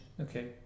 Okay